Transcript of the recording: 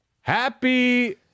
Happy